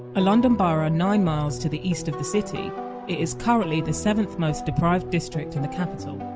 a london borough nine miles to the east of the city, it is currently the seventh most deprived district in the capital